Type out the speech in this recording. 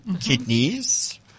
kidneys